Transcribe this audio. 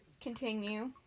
Continue